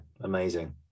amazing